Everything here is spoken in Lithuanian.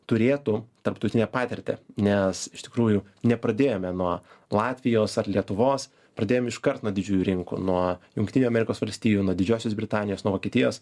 turėtų tarptautinę patirtį nes iš tikrųjų nepradėjome nuo latvijos ar lietuvos pradėjom iškart nuo didžiųjų rinkų nuo jungtinių amerikos valstijų nuo didžiosios britanijos nuo vokietijos